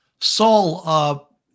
Saul